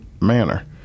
manner